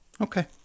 Okay